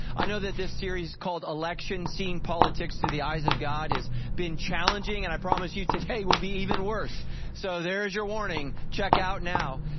i know that this series called election, seeing politics through the eyes of god has been challenging, and i promise you today will be even worse so there is your warning checkout now.